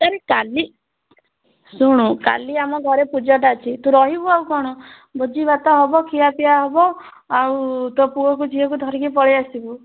ଆରେ କାଲି ଶୁଣୁ କାଲି ଆମ ଘରେ ପୂଜାଟା ଅଛି ତୁ ରହିବୁ ଆଉ କ'ଣ ଭୋଜିଭାତ ହେବ ଖିଆପିଆ ହେବ ଆଉ ତୋ ପୁଅକୁ ଝିଅକୁ ଧରିକି ପଳାଇଆସିବୁ